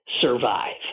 survive